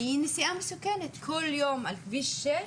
כי היא נסיעה מסוכנת, כל יום על כביש שש,